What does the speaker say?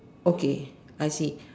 okay I see